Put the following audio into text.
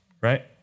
right